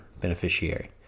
beneficiary